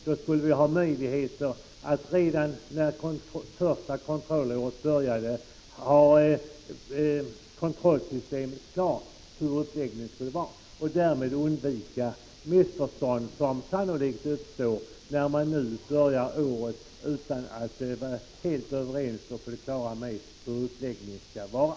Då skulle vi ha möjlighet att redan när den första kontrollen började ha ett system klart med korrekt uppläggning. Därmed skulle vi undvika de missförstånd som sannolikt uppstår när man nu börjar året utan att vara helt överens om hur uppläggningen skall vara.